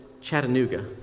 Chattanooga